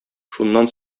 шуннан